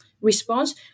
response